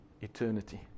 eternity